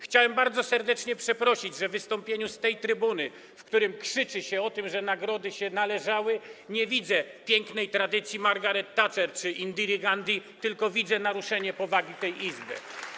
Chciałem bardzo serdecznie przeprosić, że w wystąpieniu z tej trybuny, w którym krzyczy się o tym, że nagrody się należały, nie widzę pięknej tradycji Margaret Thatcher czy Indiry Ghandi, tylko widzę naruszenie powagi tej Izby.